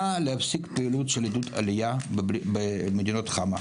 להפסיק את הפעילות של עידוד עלייה במדינות חמה,